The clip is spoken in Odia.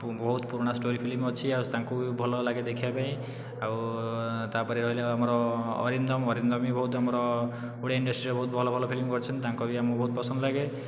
ବହୁତ ପୁରୁଣା ଷ୍ଟୋରୀ ଫିଲ୍ମ ଅଛି ଆଉ ତାଙ୍କୁ ବି ଭଲ ଲାଗେ ଦେଖିବା ପାଇଁ ଆଉ ତା'ପରେ ରହିଲେ ଆମର ଅରିନ୍ଦମ ଅରିନ୍ଦମ ବି ବହୁତ ଆମର ଓଡ଼ିଆ ଇଣ୍ଡଷ୍ଟ୍ରିରେ ବହୁତ ଭଲ ଭଲ ଫିଲ୍ମ ବି କରିଛନ୍ତି ତାଙ୍କର ବି ଆମକୁ ବହୁତ ପସନ୍ଦ ଲାଗେ